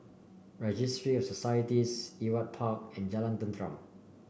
registry of Societies Ewart Park and Jalan Tenteram